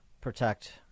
protect